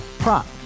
Prop